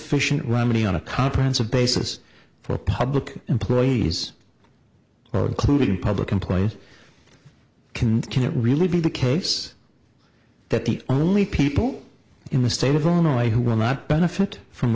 rommany on a conference of basis for public employees are included in public employee can can't really be the case that the only people in the state of illinois who will not benefit from